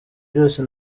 byose